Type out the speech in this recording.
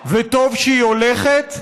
וטוב שהיא הולכת.